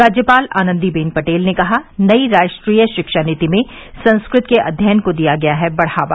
राज्यपाल आनन्दीबेन पटेल ने कहा नई राष्ट्रीय शिक्षा नीति में संस्कृत के अध्ययन को दिया गया है बढ़ावा